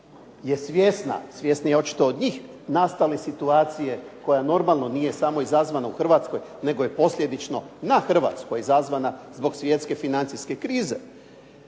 je svjesna, svjesniji očito od njih nastale situacije koja normalno nije samo izazvana u Hrvatskoj, nego je posljedično na Hrvatskoj izazvana zbog svjetske financijske krize,